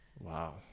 Wow